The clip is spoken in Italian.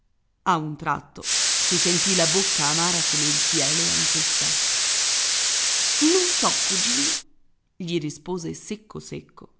figliuolo a un tratto si sentì la bocca amara come il fiele anch'essa non so cugino gli rispose secco secco